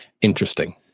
interesting